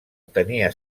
tenia